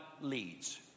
leads